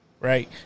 Right